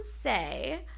say